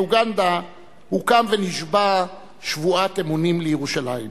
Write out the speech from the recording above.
אוגנדה הוא קם ונשבע שבועת אמונים לירושלים.